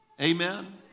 Amen